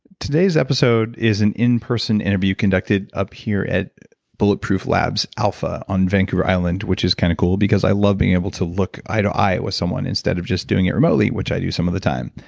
today's episode is an in-person interview conducted up here at bulletproof labs alpha on vancouver island, which is kind of cool, because i love being able to look eye-to-eye with someone, instead of just doing it remotely, which i do some of the time.